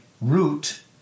root